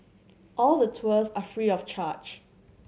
all the tours are free of charge